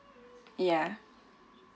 ya